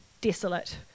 desolate